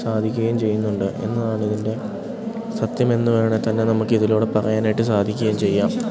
സാധിക്കുകയും ചെയ്യുന്നുണ്ട് എന്നതാണ് ഇതിൻ്റെ സത്യം എന്നു വേണേൽ തന്നെ നമുക്ക് ഇതിലൂടെ പറയാനായിട്ട് സാധിക്കുകയും ചെയ്യാം